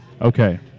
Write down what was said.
Okay